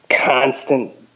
constant